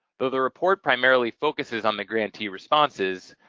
though the report primarily focuses on the grantee responses,